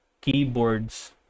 keyboards